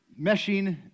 meshing